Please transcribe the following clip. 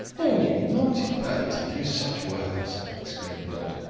oh! you naughty bird to use such words! exclaimed dot.